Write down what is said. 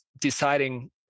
deciding